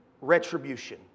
retribution